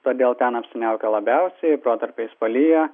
todėl ten apsiniaukę labiausiai protarpiais palyja